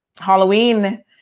Halloween